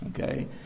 okay